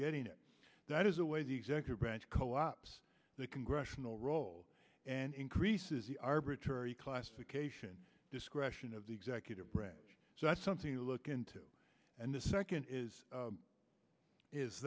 getting it that is the way the executive branch co op's the congressional role and increases the arbitrary classification discretion of the executive branch so that's something to look into and the second is